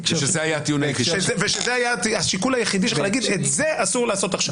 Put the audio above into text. שזה היה השיקול היחידי להגיד את זה אסור לעשות עכשיו.